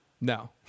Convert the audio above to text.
no